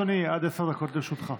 בבקשה, אדוני, עד עשר דקות לרשותך.